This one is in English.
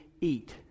eat